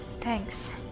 thanks